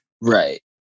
Right